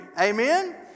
amen